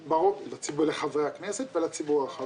לחברי הכנסת ולציבור הרחב.